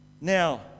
Now